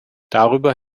darüber